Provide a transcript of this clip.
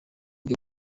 byo